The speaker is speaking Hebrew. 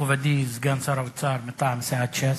מכובדי סגן שר האוצר מטעם סיעת ש"ס,